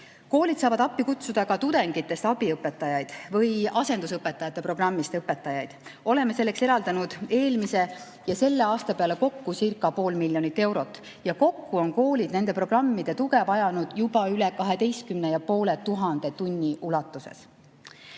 Koolid saavad appi kutsuda tudengitest abiõpetajaid ja õpetajaid asendusõpetajate programmi kaudu. Oleme selleks eraldanud eelmise ja selle aasta peale kokkucircapool miljonit eurot. Ja kokku on koolid nende programmide tuge vajanud juba üle 12 500 tunni ulatuses.